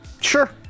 Sure